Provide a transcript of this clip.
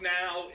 now